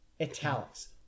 Italics